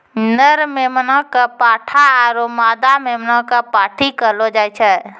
नर मेमना कॅ पाठा आरो मादा मेमना कॅ पांठी कहलो जाय छै